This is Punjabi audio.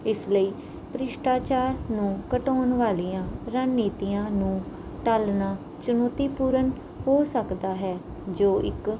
ਇਸ ਲਈ ਭ੍ਰਿਸ਼ਟਾਚਾਰ ਨੂੰ ਘਟਾਉਣ ਵਾਲੀਆਂ ਰਣਨੀਤੀਆਂ ਨੂੰ ਢਾਲਣਾ ਚੁਣੌਤੀਪੂਰਨ ਹੋ ਸਕਦਾ ਹੈ ਜੋ ਇੱਕ